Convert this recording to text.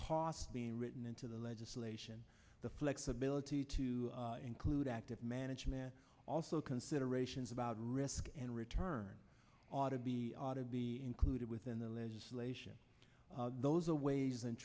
cost being written into the legislation the flexibility to include active management also considerations about risk and return ought to be ought to be included within the legislation those away's